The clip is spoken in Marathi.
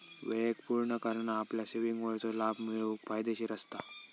वेळेक पुर्ण करना आपल्या सेविंगवरचो लाभ मिळवूक फायदेशीर असता